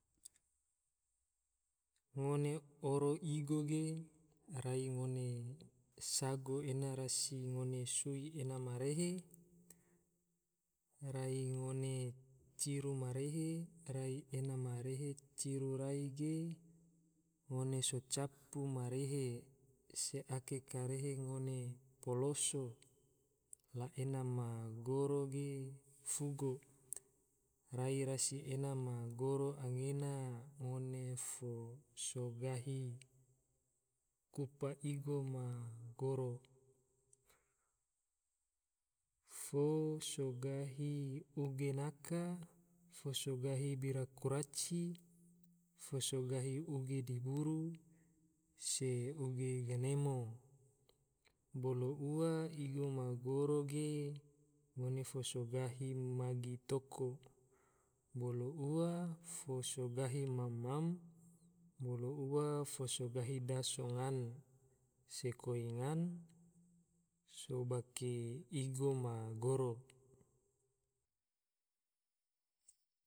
Ngone oro igo ge rai, ngone sago ena rasi ngone sui ena ma rehe, rai ngone ciru ma rehe, rai ena ma rehe ciru rai ge, ngone so capu ma rehe se ake karehe ngone poloso la ena ma goro ge fugo, rai rasi ena ma goro anggena ngone fo so gahi kupa igo goro, fo so gahi uge naka, fo so gahi bira kuraci, fo so gahi uge diburu, se uge ganemo, bolo ua igo ma goro ge, ngone fo so gahi magi toko, bolo ua fo so gahi mam-mam, bolo ua fo so gahi daso ngan, se koi ngan, se bake igo ma goro